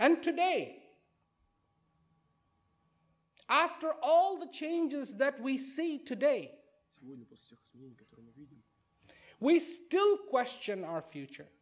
and today after all the changes that we see today we still question our future